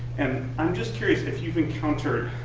and i'm just curious if you have encountered,